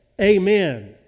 Amen